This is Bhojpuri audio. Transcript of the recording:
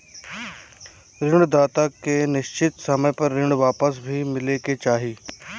ऋण दाता के निश्चित समय पर ऋण वापस भी मिले के चाही